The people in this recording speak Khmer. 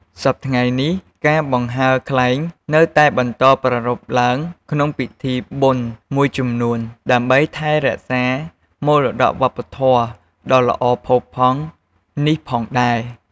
សព្វថ្ងៃនេះ ការបង្ហើរខ្លែងនៅតែបន្តប្រារព្ធឡើងក្នុងពិធីបុណ្យមួយចំនួន ដើម្បីថែរក្សាមរតកវប្បធម៌ដ៏ល្អផូរផង់នេះផងដែរ។